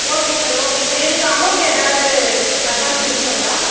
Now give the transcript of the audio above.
okay sir okay sir இதுக்கு amount ஏதாவது advance கொடுக்கணுங்களா